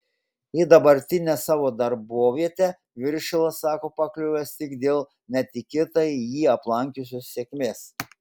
į dabartinę savo darbovietę viršilas sako pakliuvęs tik dėl netikėtai jį aplankiusios sėkmės